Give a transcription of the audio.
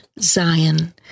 Zion